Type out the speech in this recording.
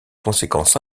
conséquences